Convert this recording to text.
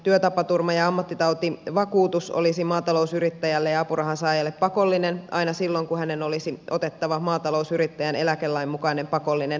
työtapaturma ja ammattitautivakuutus olisi maatalousyrittäjälle ja apurahansaajalle pakollinen aina silloin kun hänen olisi otettava maatalousyrittäjän eläkelain mukainen pakollinen eläkevakuutus